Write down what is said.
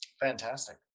Fantastic